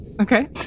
Okay